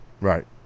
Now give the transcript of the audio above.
Right